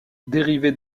dérivé